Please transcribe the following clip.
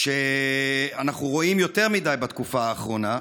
שאנחנו רואים יותר מדי בתקופה האחרונה.